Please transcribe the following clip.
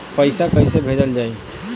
पैसा कैसे भेजल जाइ?